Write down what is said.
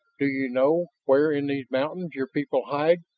do you know where in these mountains your people hide?